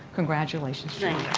congratulations julia.